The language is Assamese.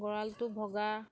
গঁৰালটো ভগা